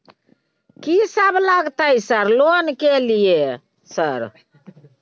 कि सब लगतै सर लोन ले के लिए सर?